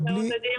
לסבסד את זה.